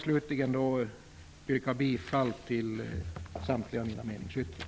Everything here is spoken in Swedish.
Slutligen yrkar jag bifall till samtliga mina meningsyttringar.